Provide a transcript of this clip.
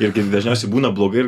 ir kai dažniausiai būna blogai ir